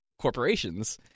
corporations